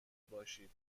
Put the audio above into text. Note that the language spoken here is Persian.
باشید